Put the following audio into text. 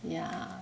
ya